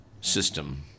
system